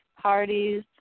parties